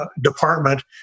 Department